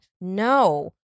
No